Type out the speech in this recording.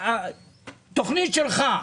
תוכנית שלך,